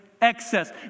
excess